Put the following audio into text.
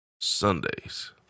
Sundays